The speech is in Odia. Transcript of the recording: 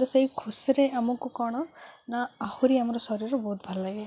ତ ସେଇ ଖୁସିରେ ଆମକୁ କ'ଣ ନା ଆହୁରି ଆମର ଶରୀର ବହୁତ ଭଲ ଲାଗେ